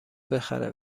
بخره